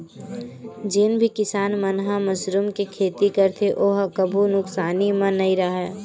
जेन भी किसान मन ह मसरूम के खेती करथे ओ ह कभू नुकसानी म नइ राहय